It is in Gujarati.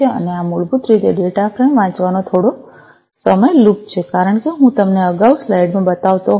અને આ મૂળભૂત રીતે ડેટા ફ્રેમ વાંચવાનો થોડો સમય લૂપ છે કારણ કે હું તમને અગાઉ સ્લાઇડમાં બતાવતો હતો